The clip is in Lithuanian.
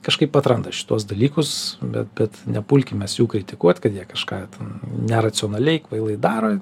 kažkaip atranda šituos dalykus bet bet nepulkim mes jų kritikuot kad jie kažką ten neracionaliai kvailai daro